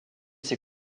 ses